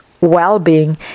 well-being